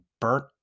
burnt